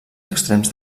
extrems